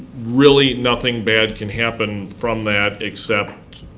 really nothing bad can happen from that except